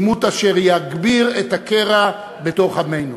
עימות אשר יגביר את הקרע בתוך עמנו.